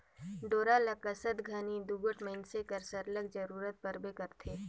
डोरा ल कसत घनी दूगोट मइनसे कर सरलग जरूरत परबे करथे